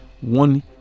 one